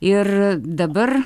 ir dabar